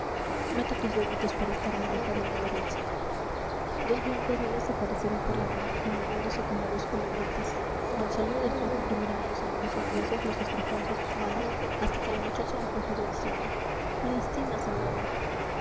mete tus deditos por esta rendija de la derecha dos blancos dedos aparecieron por la rendija moviéndose como dos culebritas monsalud después de imprimir en ellos amorosos besos los estrujó entre sus manos hasta que la muchacha los retiró diciendo me lastimas salvador